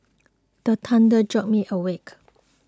the thunder jolt me awake